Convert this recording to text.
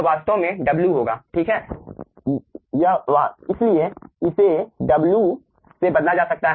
यह वास्तव में w होगा इसलिए इसे w से बदला जा सकता है